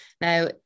now